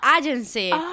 agency